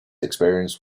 experience